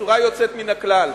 בצורה יוצאת מן הכלל.